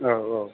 औ औ